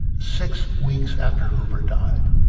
six weeks after hoover died.